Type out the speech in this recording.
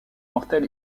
mortel